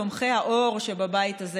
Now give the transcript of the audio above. תומכי האור שבבית הזה,